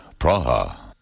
Praha